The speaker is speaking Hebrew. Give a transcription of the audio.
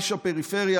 איש הפריפריה,